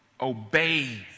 obey